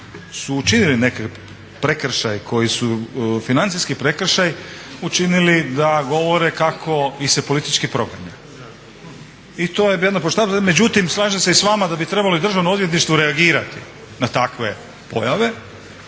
su učinili neki prekršaj, koji su financijski prekršaj učinili da govore kako ih se politički proganja. I to je jedna poštapalica, međutim, slažem se i s vama da bi trebalo i Državno odvjetništvo reagirati na takve pojave.